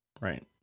Right